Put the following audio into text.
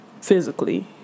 physically